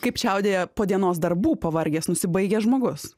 kaip čiaudėja po dienos darbų pavargęs nusibaigęs žmogus